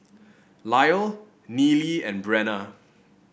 Lyle Nealie and Brenna